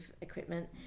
equipment